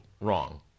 Wrong